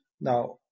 Now